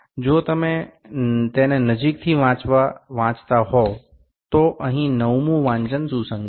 જો તમે તેને નજીકથી વાંચતા હોવ તો અહીં 9મું વાંચન સુસંગત છે